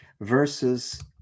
versus